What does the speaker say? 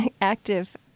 active